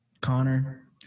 Connor